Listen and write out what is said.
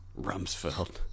Rumsfeld